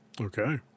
Okay